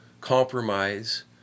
compromise